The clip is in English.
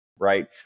right